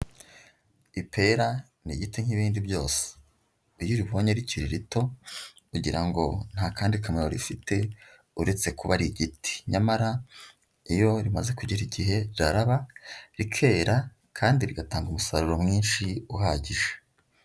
Ipera ni igiti nk'ibindi byose, iyo uribonye rikiri rito ugira ngo nta kandi kamaro rifite uretse kuba ari igiti, nyamara iyo rimaze kugera igihe riraraba, rikera kandi rigatanga umusaruro mwinshi uhagije.